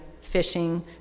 fishing